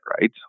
Right